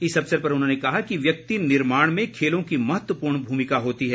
इस अवसर पर उन्होंने कहा कि व्यक्ति निर्माण में खेलों की महत्वपूर्ण भूमिका होती है